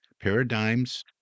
Paradigms